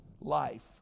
life